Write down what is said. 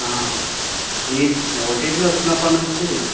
ఈ ఓటీటీలు వచ్చినప్పటి నుంచి